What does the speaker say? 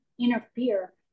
interfere